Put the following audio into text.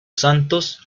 santos